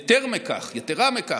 יתרה מזו,